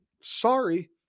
Sorry